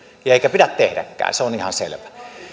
eikä pidä tehdäkään se on ihan selvä